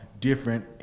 different